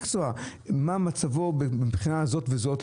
את הדברים הבאים: מה מצבו מבחינה זאת וזאת,